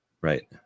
right